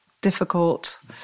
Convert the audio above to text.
difficult